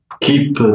keep